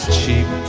cheap